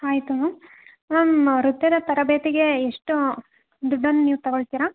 ಆಯಿತು ma'am ma'am ನೃತ್ಯದ ತರಬೇತಿಗೆ ಎಷ್ಟು ದುಡ್ಡನ್ನು ನೀವು ತಗೋಳ್ತೀರ